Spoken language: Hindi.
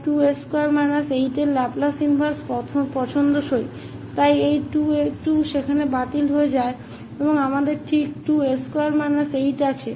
तो यह ss2 8 की लाप्लास इनवर्स एक वांछित है तो यह 2 को रद्द हो जाता है और हमारे पास ठीक 2s2 8 है